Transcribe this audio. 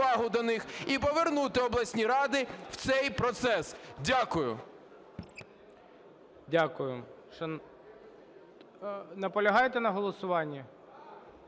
Дякую.